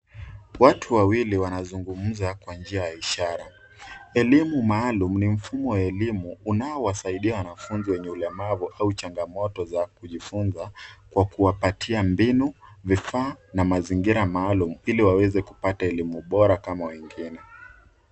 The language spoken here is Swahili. Watu wawili wanazungumza kwa njia ya ishara. Elimu maalum ni mfumo wa elimu unaowasaidia wanafunzi wenye ulemavu au changamoto za kujifunza kwa kuwapatia mbinu, vifaa na mazingira maalum ili waweze kupata elimu bora kama wengine.